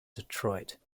detroit